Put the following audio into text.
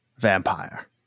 Vampire